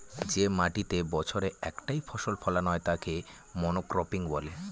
যে মাটিতেতে বছরে একটাই ফসল ফোলানো হয় তাকে মনোক্রপিং বলে